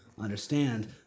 understand